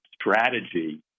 strategy